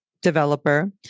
developer